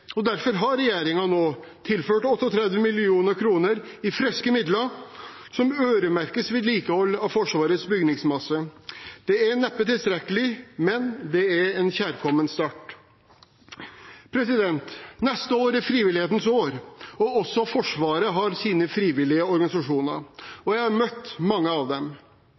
og din fred og sikkerhet, og derfor har regjeringen nå tilført 38 mill. kr i friske midler som øremerkes vedlikehold av Forsvarets bygningsmasse. Det er neppe tilstrekkelig, men det er en kjærkommen start. Neste år er frivillighetens år, og også Forsvaret har sine frivillige organisasjoner. Jeg har møtt mange av dem.